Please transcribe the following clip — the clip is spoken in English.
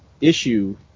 issue